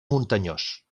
muntanyós